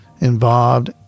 involved